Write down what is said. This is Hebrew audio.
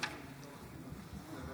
להלן